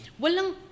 walang